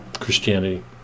Christianity